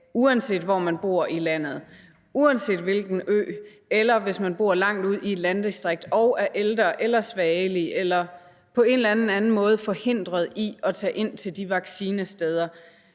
uanset hvor man bor i landet, uanset om man bor på en ø eller langt ude i et landdistrikt og er ældre eller svagelig eller på anden måde er forhindret i at tage ind til de vaccinesteder,